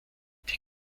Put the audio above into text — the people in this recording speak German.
die